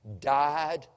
died